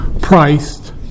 priced